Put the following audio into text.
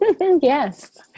Yes